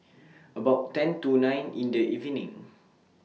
about ten to nine in The evening